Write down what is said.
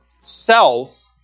self